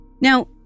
Now